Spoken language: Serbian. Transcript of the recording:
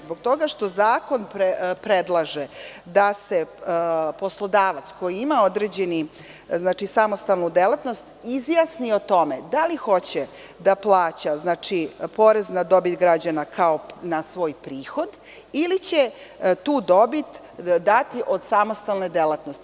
Zbog toga što zakon predlaže da se poslodavac koji ima određenu samostalnu delatnost izjasni o tome da li hoće da plaća porez na dobit građana kao na svoj prihod ili će tu dobit dati od samostalne delatnosti.